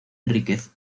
enríquez